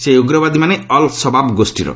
ସେହି ଉଗ୍ରବାଦୀମାନେ Al Shabaab ଗୋଷ୍ଠୀର